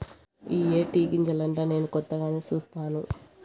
ఇయ్యే టీ గింజలంటా నేను కొత్తగానే సుస్తాను